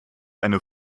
eine